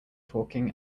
talking